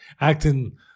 acting